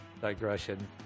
Digression